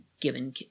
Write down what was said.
given